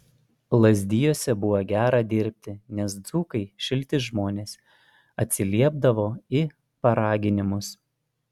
lazdijuose buvo gera dirbti nes dzūkai šilti žmonės atsiliepdavo į paraginimus